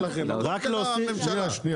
שלכם, הכול של הממשלה.